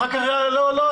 אחר כך יעלה לו ביוקר.